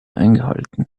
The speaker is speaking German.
eingehalten